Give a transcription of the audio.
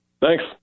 Thanks